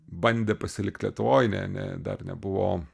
bandė pasilikt lietuvoj ne ne dar nebuvo